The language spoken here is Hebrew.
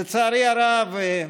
לצערי הרב,